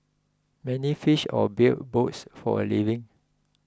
many fished or built boats for a living